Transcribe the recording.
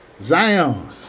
Zion